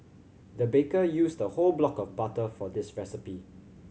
the baker used a whole block of butter for this recipe